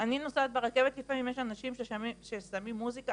אני נוסעת ברכבת, לפעמים יש אנשים ששמים מוזיקה.